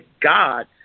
God